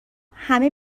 همه